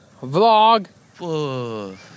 vlog